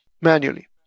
manually